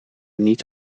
niet